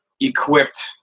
equipped